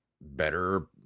better